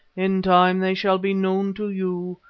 in time they shall be known to you,